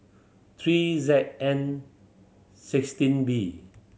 three Z N sixteen B